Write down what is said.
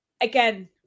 again